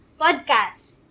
podcast